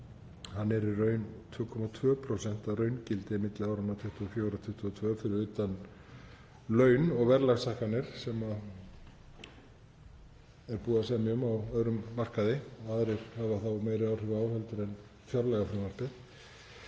hann er í raun 2,2% að raungildi milli áranna 2022 og 2024, fyrir utan launa- og verðlagshækkanir sem er búið að semja um á öðrum markaði og aðrir hafa þá meiri áhrif á heldur en fjárlagafrumvarpið